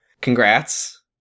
congrats